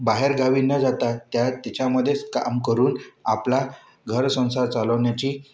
बाहेरगावी न जाता त्या त्याच्यामध्येच काम करून आपला घरसंसार चालवण्याची